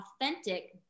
authentic